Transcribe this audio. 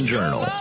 Journal